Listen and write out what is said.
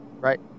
Right